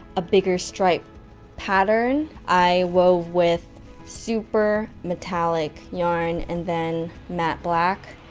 a bigger stripe pattern. i wove with super metallic yarn, and then. matte black.